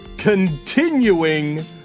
Continuing